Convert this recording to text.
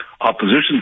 opposition